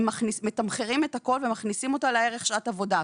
מתמחרים את הכול ומכניסים לערך שעת עבודה.